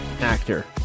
actor